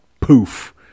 poof